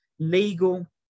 legal